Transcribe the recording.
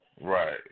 Right